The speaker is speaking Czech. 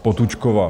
Potůčková.